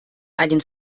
einen